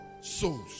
souls